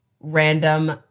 random